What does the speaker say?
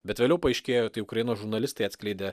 bet vėliau paaiškėjo tai ukrainos žurnalistai atskleidė